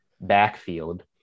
backfield